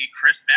Chris